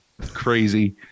Crazy